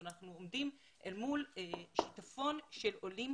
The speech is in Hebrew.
אנחנו עומדים אל מול שיטפון של עולים